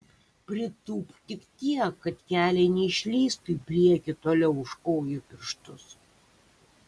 pritūpk tik tiek kad keliai neišlįstų į priekį toliau už kojų pirštus